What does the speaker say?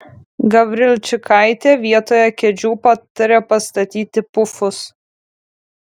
gavrilčikaitė vietoje kėdžių patarė pastatyti pufus